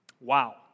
Wow